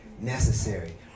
necessary